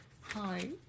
hi